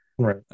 right